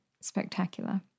spectacular